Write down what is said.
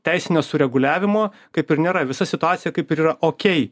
teisinio sureguliavimo kaip ir nėra visa situacija kaip ir yra okėj